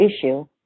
issue